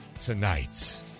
tonight